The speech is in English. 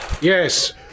yes